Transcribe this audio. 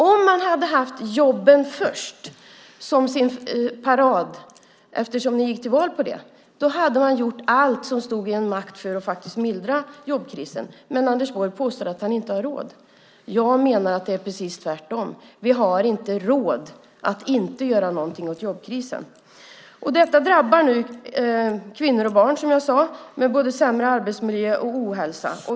Om man hade haft jobben först som sin paroll, eftersom som ni gick till val på det, hade man gjort allt som stod i sin makt för att mildra jobbkrisen. Men Anders Borg påstår att han inte har råd. Jag menar att det är precis tvärtom. Vi har inte råd att inte göra någonting åt jobbkrisen. Detta drabbar nu kvinnor och barn, som jag sade, med sämre arbetsmiljö och ohälsa.